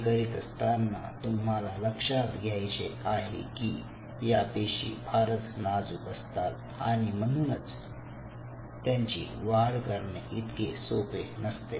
हे करीत असतांना तुम्हाला लक्षात घ्यायचे आहे की या पेशी फारच नाजूक असतात आणि म्हणूनच त्यांची वाढ करणे इतके सोपे नसते